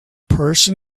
person